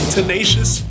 Tenacious